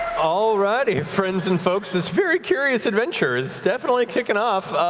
all righty, friends and folks, this very curious adventure is definitely kicking off.